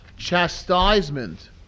chastisement